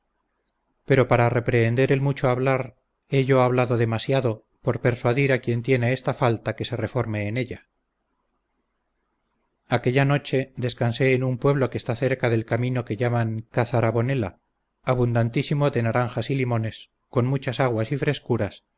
pero para reprehender el mucho hablar he yo hablado demasiado por persuadir a quien tiene esta falta que se reforme en ella aquella noche descansé en un pueblo que está cerca del camino que llaman cazarabonela abundantísimo de naranjas y limones con muchas aguas y frescuras